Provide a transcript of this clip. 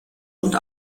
und